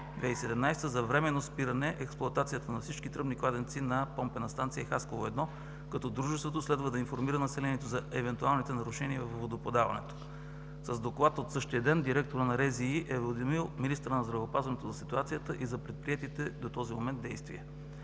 2017 г. за временно спиране експлоатацията на всички тръбни кладенци на Помпена станция „Хасково 1“ като дружеството следва да информира населението за евентуалните нарушения във водоподаването. С доклад от същия ден директорът на РЗИ е уведомил министъра на здравеопазването за ситуацията и за предприетите до този момент действия.